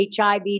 HIV